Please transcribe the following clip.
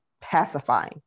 pacifying